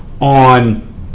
on